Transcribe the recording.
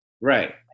Right